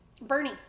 Bernie